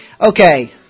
Okay